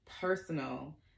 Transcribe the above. personal